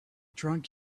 drunk